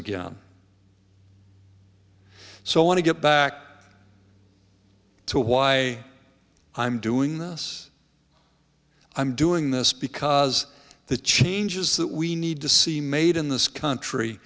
again so i want to get back to why i'm doing this i'm doing this because the changes that we need to see made in this country